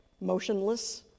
motionless